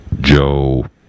Joe